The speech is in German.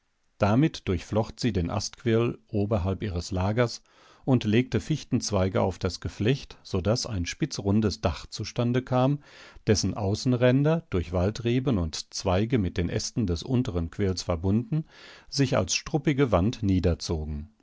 damit durchflocht sie den astquirl oberhalb ihres lagers und legte fichtenzweige auf das geflecht so daß ein spitzrundes dach zustande kam dessen außenränder durch waldreben und zweige mit den ästen des unteren quirls verbunden sich als struppige wand niederzogen